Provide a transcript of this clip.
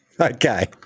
Okay